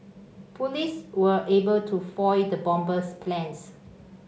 police were able to foil the bomber's plans